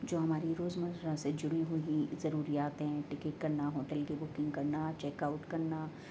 جو ہماری روزمرہ سے جڑی ہوئی ضروریاتیں ٹکٹ کرنا ہوٹل کی بکنگ کرنا چیک آؤٹ کرنا